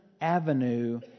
avenue